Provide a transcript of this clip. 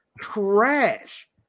trash